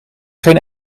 geen